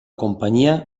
companyia